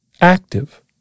active